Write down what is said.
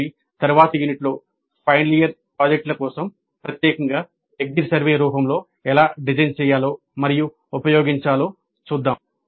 కాబట్టి తరువాతి యూనిట్లో ఫైనల్ ఇయర్ ప్రాజెక్టుల కోసం ప్రత్యేకంగా ఎగ్జిట్ సర్వే రూపంలో ఎలా డిజైన్ చేయాలో మరియు ఉపయోగించాలో చూద్దాం